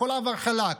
הכול עבר חלק.